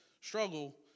struggle